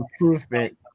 Improvement